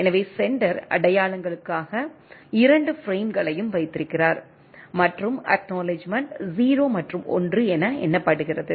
எனவே செண்டர் அடையாளங்களுக்காக இரண்டு பிரேம்களையும் வைத்திருக்கிறார் மற்றும் அக்நாலெட்ஜ்மெண்ட் 0 மற்றும் 1 என எண்ணப்படுகிறது